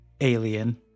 Alien